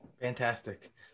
Fantastic